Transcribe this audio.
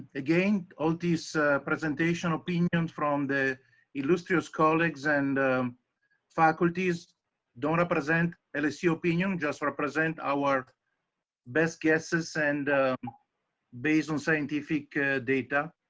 again all this presentation opinion from the illustrious colleagues and faculties don't represent lsu's opinion, just represent our best guesses and based on scientific data,